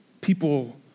People